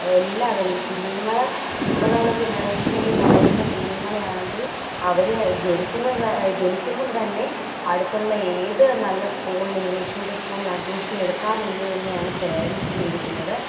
എല്ലാവരെയും കുഞ്ഞുങ്ങളെ ഇപ്പോഴുള്ള ജനറേഷനിൽ വളരുന്ന കുഞ്ഞുങ്ങളെയാണെങ്കിൽ അവർ ജനിക്കുന്നത് ത ജനിക്കുമ്പം തന്നെ അടുത്തുള്ള ഏത് നല്ല സ്കൂളിൽ ഇംഗ്ലീഷ് മീഡിയം സ്കൂളിൽ അഡ്മിഷൻ എടുക്കാം എന്നു തന്നെയാണ് പേരെന്റ്സ് ചിന്തിക്കുന്നത്